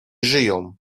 żyją